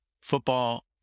football